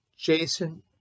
Jason